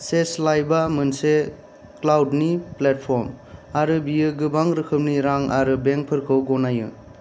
sage लाइबा मोनसे क्लाउडनि फ्लेटफर्म आरो बियो गोबां रोखोमनि रां आरो बेंकफोरखौ गनायो